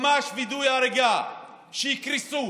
ממש וידוא הריגה, שיקרסו